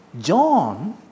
John